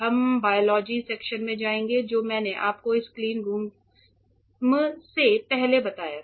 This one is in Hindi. हम बायोलॉजी सेक्शन में जाएंगे जो मैंने आपको इस क्लीनरूम से पहले बताया था